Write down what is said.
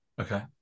Okay